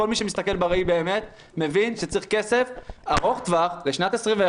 כל מי שמסתכל בראי באמת מבין שצריך כסף ארוך טווח לשנת 2021,